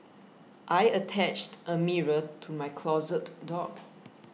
I attached a mirror to my closet door